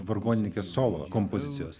vargonininkės solo kompozicijos